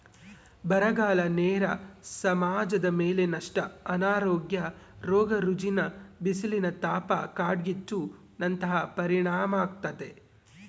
ಬರಗಾಲ ನೇರ ಸಮಾಜದಮೇಲೆ ನಷ್ಟ ಅನಾರೋಗ್ಯ ರೋಗ ರುಜಿನ ಬಿಸಿಲಿನತಾಪ ಕಾಡ್ಗಿಚ್ಚು ನಂತಹ ಪರಿಣಾಮಾಗ್ತತೆ